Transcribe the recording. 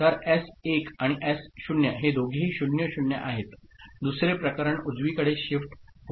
तर एस 1 आणि एस 0 हे दोघेही 00 आहेत दुसरे प्रकरण उजवीकडे शिफ्ट होईल